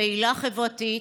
פעילה חברתית,